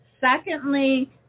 Secondly